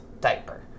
diaper